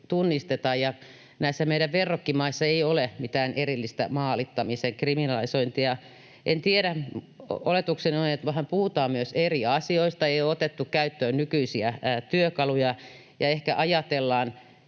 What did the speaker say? tunnisteta. Meidän verrokkimaissamme ei ole mitään erillistä maalittamisen kriminalisointia. En tiedä, mutta oletuksena on, että vähän puhutaan myös eri asioista. Ei ole otettu käyttöön nykyisiä työkaluja, ja ehkä ajatellaan,